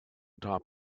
top